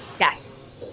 yes